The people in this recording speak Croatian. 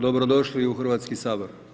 Dobro došli u Hrvatski sabor.